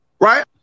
Right